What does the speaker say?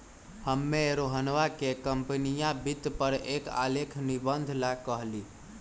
हम्मे रोहनवा के कंपनीया वित्त पर एक आलेख निबंध ला कहली